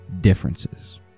differences